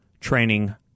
training